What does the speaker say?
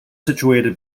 situated